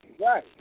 right